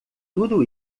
tudo